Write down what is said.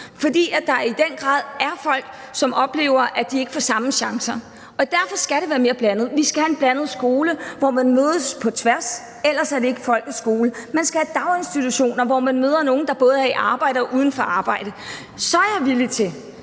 For der er i den grad folk, som oplever, at de ikke får de s i amme chancer. Derfor skal det være mere blandet. Vi skal have en blandet skole, hvor man mødes på tværs, ellers er det ikke folkets skole. Man skal have daginstitutioner, hvor man både møder nogle, der er i arbejde, og nogle, der er uden arbejde. Så er jeg villig til,